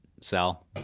Sell